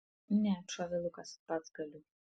ne atšovė lukas pats galiu